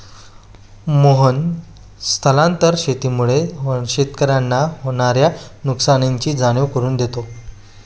मोहन स्थानांतरण शेतीमुळे शेतकऱ्याला होणार्या नुकसानीची जाणीव करून देतो